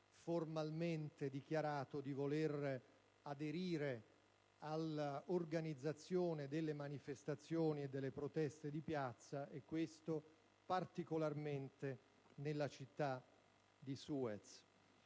formalmente dichiarato di voler aderire all'organizzazione delle manifestazioni e delle proteste di piazza, particolarmente nella città di Suez.